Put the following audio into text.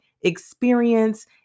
experience